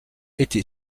été